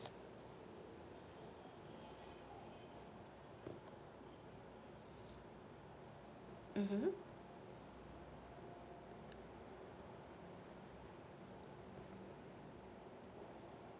(uh huh)